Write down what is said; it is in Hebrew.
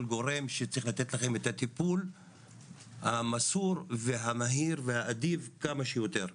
גורם שצריך לתת לכם את הטיפול המסור והמהיר והאדיב כמה שיותר.